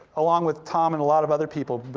along with tom and a lot of other people,